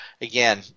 again